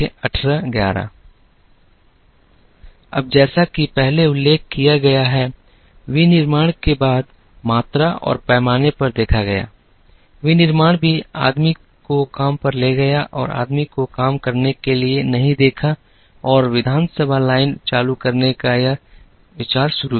अब जैसा कि पहले उल्लेख किया गया है विनिर्माण के बाद मात्रा और पैमाने पर देखा गया विनिर्माण भी आदमी को काम पर ले गया और आदमी को काम करने के लिए नहीं देखा और विधानसभा लाइन चालू करने का यह विचार शुरू हुआ